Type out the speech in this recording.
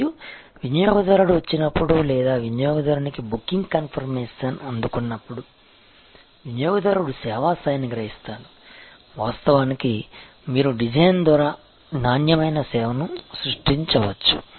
మరియు వినియోగదారుడు వచ్చినప్పుడు లేదా వినియోగదారుని బుకింగ్ కన్ఫర్మేషన్ అందుకున్నప్పుడు వినియోగదారుడు సేవా స్థాయిని గ్రహిస్తాడు వాస్తవానికి మీరు డిజైన్ ద్వారా నాణ్యమైన సేవను సృష్టించవచ్చు